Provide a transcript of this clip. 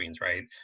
right